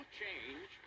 change